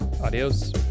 Adios